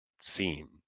seem